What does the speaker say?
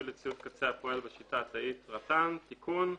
לציוד קצה הפועל בשיטה התאית (רט"ן)) (תיקון),